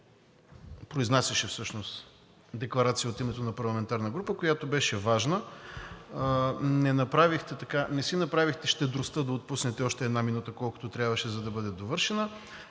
произнасяше декларация от името на парламентарна група, която беше важна. Не си направихте щедростта да отпуснете още една минута, колкото трябваше, за да бъде довършена.